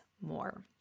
more